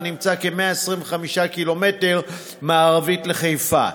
הנמצא כ־ 125 ק"מ מערבית לחיפה.